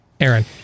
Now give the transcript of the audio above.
Aaron